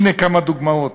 הנה כמה דוגמאות: